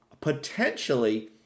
potentially